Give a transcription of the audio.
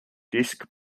disc